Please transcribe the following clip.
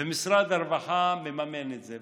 ומשרד הרווחה מממן את זה.